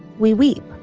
we weep,